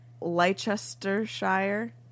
Leicestershire